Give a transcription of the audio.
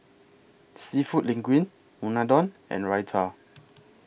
Seafood Linguine Unadon and Raita